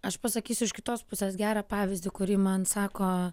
aš pasakysiu iš kitos pusės gerą pavyzdį kurį man sako